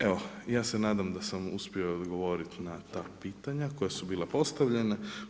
Evo, ja se nadam da sam uspio odgovoriti na ta pitanja koja su bila postavljena.